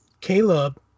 Caleb